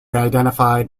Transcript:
identified